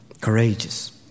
Courageous